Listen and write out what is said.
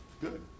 Good